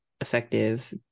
effective